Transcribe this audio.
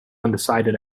undecided